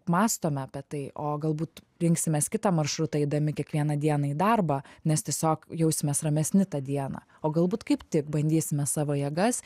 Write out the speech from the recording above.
mąstome apie tai o galbūt rinksimės kitą maršrutą eidami kiekvieną dieną į darbą nes tiesiog jausimės ramesni tą dieną o galbūt kaip tik bandysime savo jėgas